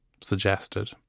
suggested